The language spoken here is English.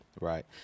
right